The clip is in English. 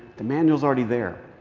the manual is already there.